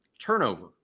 turnover